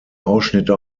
ausschnitte